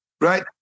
right